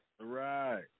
Right